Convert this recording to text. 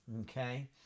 okay